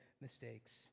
mistakes